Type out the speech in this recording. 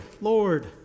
Lord